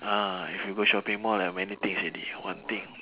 ah if you go shopping mall ah many things already one thing